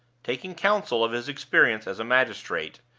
taking counsel of his experience as a magistrate,